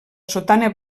sotana